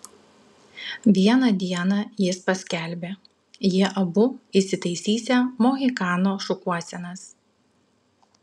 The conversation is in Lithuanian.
vieną dieną jis paskelbė jie abu įsitaisysią mohikano šukuosenas